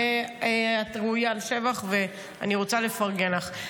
ואת ראויה לשבח, ואני רוצה לפרגן לך.